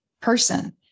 person